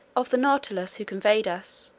of the nautilus, who convoyed us,